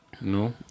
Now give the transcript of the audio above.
No